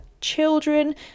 children